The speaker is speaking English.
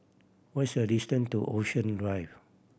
what's the distance to Ocean Drive